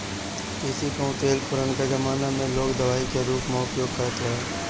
तीसी कअ तेल पुरनका जमाना में लोग दवाई के रूप में उपयोग करत रहे